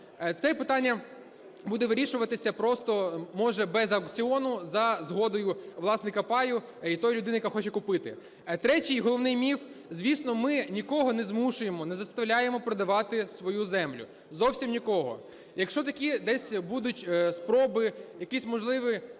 Це питання буде вирішуватися просто, може без аукціону, за згодою власника паю і тої людини, яка хоче купити. Третій головний міф. Звісно, ми нікого не змушуємо не заставляємо продавати свою землю. зовсім нікого. Якщо такі десь будуть спроби, якісь можливі